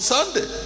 Sunday